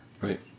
Right